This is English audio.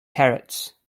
parrots